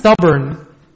stubborn